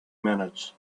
minutes